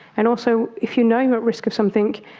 and also, if you know you are at risk of something,